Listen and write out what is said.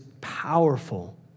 powerful